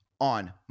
on